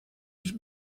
his